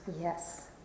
Yes